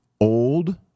old